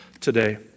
today